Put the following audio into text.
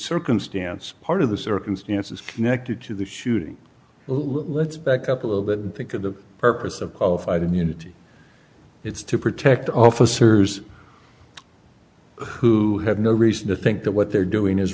circumstance part of the circumstances connected to the shooting let's back up a little bit and think of the purpose of qualified immunity it's to protect officers who have no reason to think that what they're doing is